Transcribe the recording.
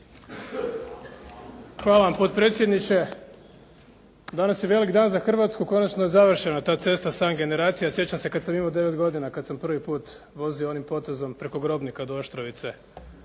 Hvala vam potpredsjedniče. Danas je velik dan za Hrvatsku. Konačno je završena ta cesta, san generacija. Sjećam se kad sam imao 9 godina kada sam prvi put vozio onim potezom preko Grobnika do Oštrovice